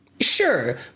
Sure